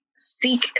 seek